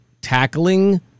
tackling –